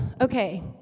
Okay